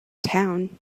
town